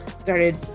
started